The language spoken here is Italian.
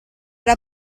era